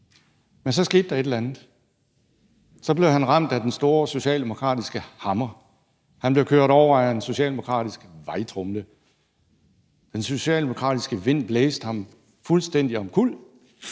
Men så skete der et eller andet. For så blev han ramt af den store socialdemokratiske hammer, han blev kørt over af en socialdemokratisk vejtromle, den socialdemokratiske vind blæste ham fuldstændig omkuld,